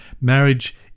Marriage